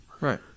Right